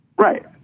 Right